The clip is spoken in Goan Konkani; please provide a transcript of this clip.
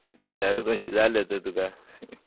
म्हणल्यार खंयचे जाय आल्हे तर तुका